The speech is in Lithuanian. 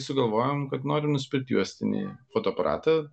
sugalvojom kad noriu nusipirkt juostinį fotoaparatą